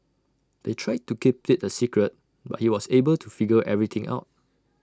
they tried to keep IT A secret but he was able to figure everything out